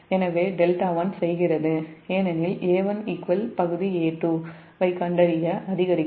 எனவே 𝜹1 செய்கிறது ஏனெனில் A1 பகுதி A2 ஐக் கண்டறிய அதிகரிக்கும்